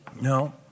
no